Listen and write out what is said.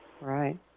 Right